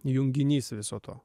junginys viso to